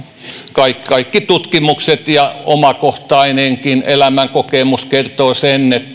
kaikki kaikki tutkimukset ja omakohtainenkin elämänkokemus kertovat sen että